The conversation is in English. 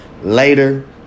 later